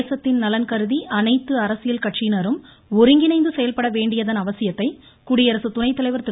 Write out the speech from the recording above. தேசத்தின் நலன்கருதி அனைத்து அரசியல் கட்சியினரும் ஒருங்கிணைந்து செயல்பட வேண்டியதன் அவசியத்தை குடியரசு துணை தலைவர் திரு